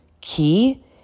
key